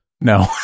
No